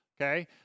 okay